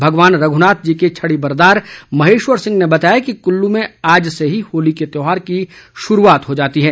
भगवान रघुनाथ जी के छड़ीबरदार महेश्वर सिंह ने बतया कि कुल्लू में आज से ही होली के त्योहार की शुरूआत हो जाती है